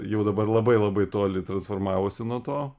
jau dabar labai labai toli transformavosi nuo to